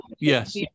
yes